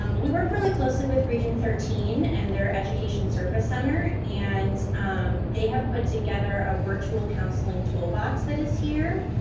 um we work really closely with region thirteen and their education service center. and um they have put together a virtual counseling toolbox that is here.